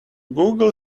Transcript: google